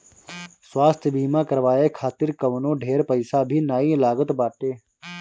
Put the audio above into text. स्वास्थ्य बीमा करवाए खातिर कवनो ढेर पईसा भी नाइ लागत बाटे